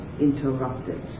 interrupted